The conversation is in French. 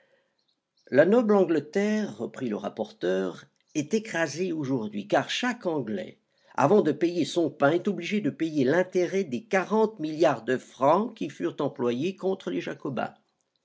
la noble angleterre reprit le rapporteur est écrasée aujourd'hui car chaque anglais avant de payer son pain est obligé de payer l'intérêt des quarante milliards de francs qui furent employés contre les jacobins